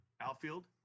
outfield